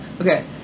Okay